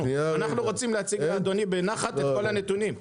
אנחנו רוצים להציג בנחת את כל הנתונים.